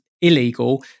illegal